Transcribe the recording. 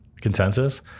consensus